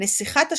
נסיכת השמש,